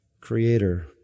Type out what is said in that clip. Creator